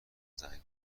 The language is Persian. زنگ